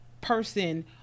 person